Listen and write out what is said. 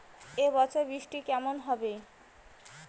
এবছর বৃষ্টি কেমন হবে?